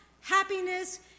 happiness